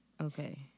Okay